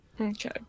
Okay